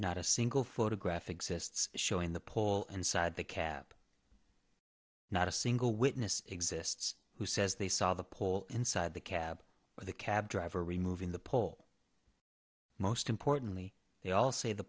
not a single photograph exists showing the pole inside the cab not a single witness exists who says they saw the pole inside the cab or the cab driver removing the pole most importantly they all say the